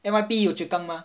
N_Y_P yio chu kang mah